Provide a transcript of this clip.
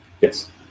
Yes